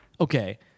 Okay